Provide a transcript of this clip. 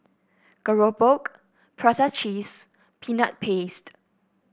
keropok Prata Cheese Peanut Paste